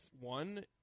One